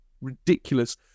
Ridiculous